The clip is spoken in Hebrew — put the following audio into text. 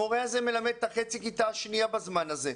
המורה הזה מלמד את חצי הכיתה השנייה בזמן הזה.